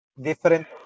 different